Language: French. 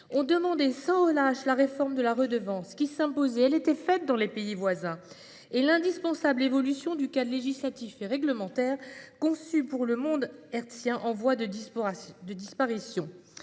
ont demandé sans relâche la réforme de la redevance qui s'imposait- les pays voisins l'avaient réalisée !-, ainsi que l'indispensable évolution du cadre législatif et réglementaire, conçu pour un monde hertzien en voie de disparition.